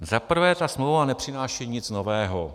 Za prvé, ta smlouva nepřináší nic nového.